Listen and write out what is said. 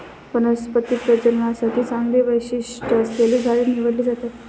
वनस्पती प्रजननासाठी चांगली वैशिष्ट्ये असलेली झाडे निवडली जातात